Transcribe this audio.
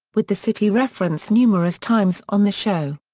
with the city referenced numerous times on the show.